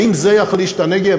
האם זה יחליש את הנגב?